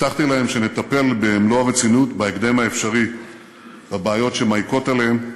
הבטחתי להם שנטפל במלוא הרצינות בהקדם האפשרי בבעיות שמעיקות עליהם: